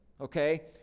Okay